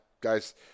Guys –